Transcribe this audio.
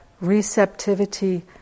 receptivity